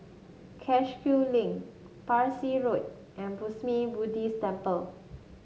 Cashew Link Parsi Road and Burmese Buddhist Temple